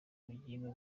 ubugingo